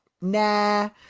nah